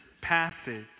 passage